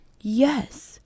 Yes